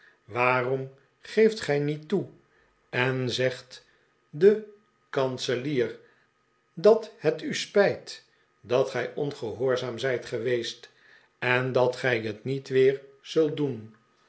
waarom geeft gij niet toe en zegt den kanselier dat het u spijt dat gij ongehoorzaam zijt geweest en dat gij het niet weer zult doen